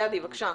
גדי בבקשה.